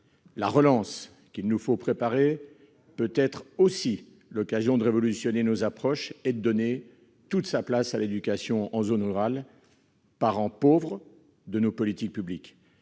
La relance qu'il nous faut préparer peut être aussi l'occasion de révolutionner nos approches et de donner toute sa place à l'éducation en zone rurale, parent pauvre de nos politiques publiques.